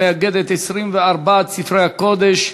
המאגד את 24 ספרי הקודש,